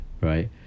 right